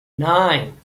nine